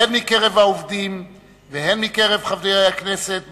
הן בקרב העובדים והן בקרב חברי הכנסת,